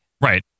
Right